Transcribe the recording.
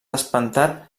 espantat